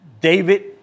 David